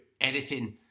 editing